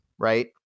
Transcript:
right